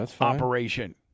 operation